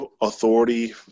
authority